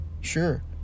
Sure